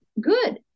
good